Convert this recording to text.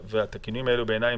והתיקונים האלה הם בעיניי